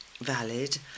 valid